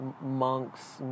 monks